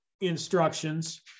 instructions